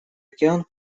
океан